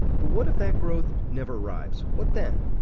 but what if that growth never arrives? what then?